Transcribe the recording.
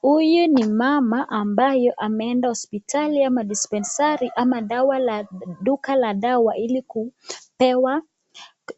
Huyu ni mama ambayo ameenda hospitali ama dispensari ama duka la dawa ili kupewa